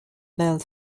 built